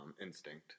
instinct